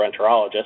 gastroenterologist